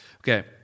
Okay